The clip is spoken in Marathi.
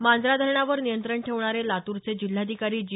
मांजरा धरणावर नियंत्रण ठेवणारे लातूरचे जिल्हाधिकारी जी